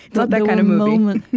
but that kind of movie.